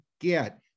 get